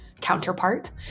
counterpart